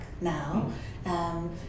now